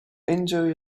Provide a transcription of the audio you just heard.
enjoy